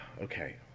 Okay